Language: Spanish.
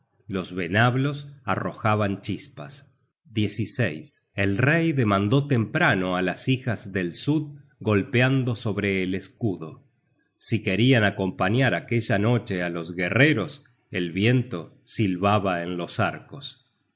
los venablos arrojaban chispas el rey demandó temprano á las hijas del sud golpeando sobre el escudo si querian acompañar aquella noche á los guerreros el viento silbaba en los arcos